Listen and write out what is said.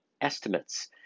estimates